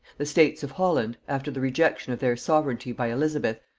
the states of holland, after the rejection of their sovereignty by elizabeth,